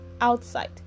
outside